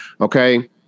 Okay